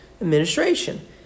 administration